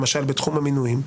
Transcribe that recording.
למשל בתחום המינויים,